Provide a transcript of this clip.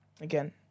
again